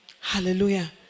Hallelujah